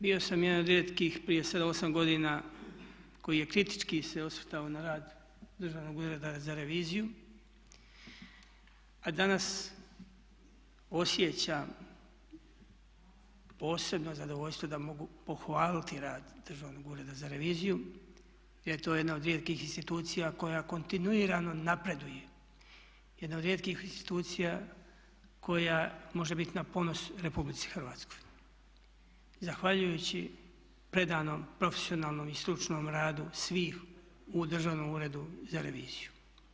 Bio sam jedan od rijetkih prije 7, 8 godina koji je kritički se osvrtao na rad Državnog ureda za reviziju, a danas osjećam posebno zadovoljstvo da mogu pohvaliti rad Državnog ureda za reviziju, jer to je jedna od rijetkih institucija koja kontinuirano napreduje, jedna od rijetkih institucija koja može bit na ponos Republici Hrvatskoj zahvaljujući predanom profesionalnom i stručnom radu svih u Državnom uredu za reviziju.